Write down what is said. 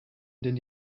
denn